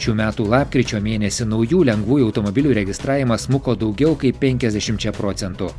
šių metų lapkričio mėnesį naujų lengvųjų automobilių registravimas smuko daugiau kaip penkiasdešimčia procentų